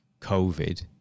COVID